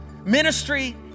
Ministry